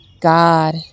God